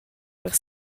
per